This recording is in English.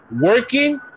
working